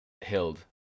Hild